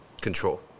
control